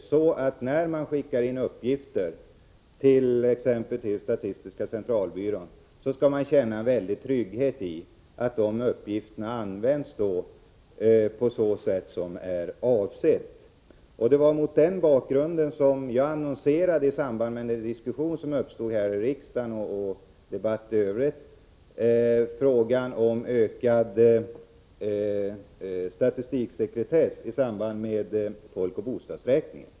När människor skickar in uppgifter till exempelvis statistiska centralbyrån, skall de kunna känna en trygghet för att uppgifterna används på så sätt som är avsett. Det var mot denna bakgrund som jag annonserade, mot bakgrund av den diskussion som uppstod här i riksdagen och debatten i övrigt om ökad statistiksekretess i samband med folkoch bostadsräkningen.